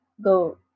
go